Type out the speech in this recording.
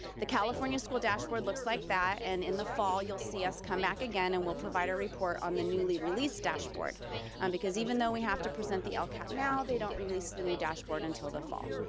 the california school dashboard looks like that. and in the fall, you'll see us come back again and we'll provide a report on the newly released dashboard um because even though we have to present the lcap now, they don't release the new dashboard until the fall.